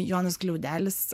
jonas gliaudelis